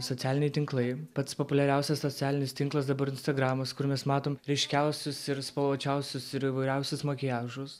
socialiniai tinklai pats populiariausias socialinis tinklas dabar instagramas kur mes matom ryškiausius ir spalvočiausius ir įvairiausius makiažus